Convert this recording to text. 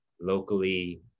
locally